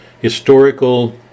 historical